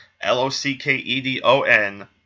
L-O-C-K-E-D-O-N